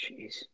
Jeez